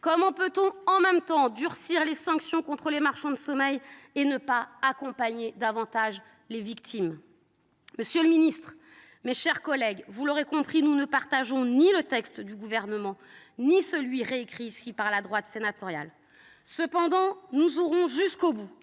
Comment peut on, en même temps, durcir les sanctions contre les marchands de sommeil et ne pas accompagner davantage les victimes ? Monsieur le ministre, mes chers collègues, vous l’aurez compris, nous ne faisons nôtres ni le texte du Gouvernement ni celui que la droite sénatoriale a réécrit. Cependant, nous débattrons jusqu’au bout